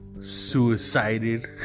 suicided